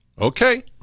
Okay